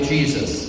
Jesus